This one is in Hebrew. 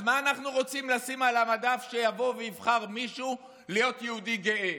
אז מה אנחנו רוצים לשים על המדף של מישהו שיבוא ויבחר להיות יהודי גאה,